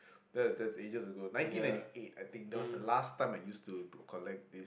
that that was ages ago nineteen ninety eight I think that was the last time I used to to collect the